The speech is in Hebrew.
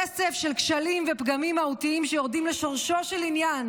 רצף של כשלים ופגמים מהותיים שיורדים לשורשו של עניין